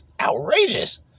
outrageous